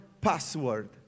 password